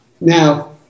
Now